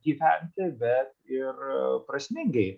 gyventi bet ir prasmingai